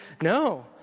No